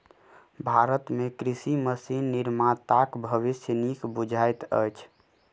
भारत मे कृषि मशीन निर्माताक भविष्य नीक बुझाइत अछि